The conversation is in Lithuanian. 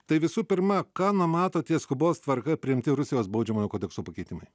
tai visų pirma ką numato tie skubos tvarka priimti rusijos baudžiamojo kodekso pakeitimai